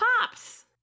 Pops